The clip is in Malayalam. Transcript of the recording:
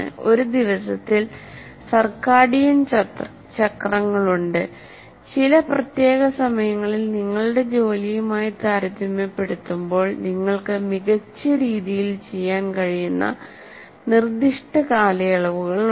ഒരു ദിവസത്തിൽ സർക്കാഡിയൻ ചക്രങ്ങളുണ്ട് ചില പ്രത്യേക സമയങ്ങളിൽ നിങ്ങളുടെ ജോലിയുമായി താരതമ്യപ്പെടുത്തുമ്പോൾ നിങ്ങൾക്ക് മികച്ച രീതിയിൽ ചെയ്യാൻ കഴിയുന്ന നിർദ്ദിഷ്ട കാലയളവുകളുണ്ട്